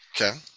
Okay